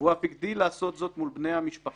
הוא אף הגדיל לעשות זאת מול בני המשפחה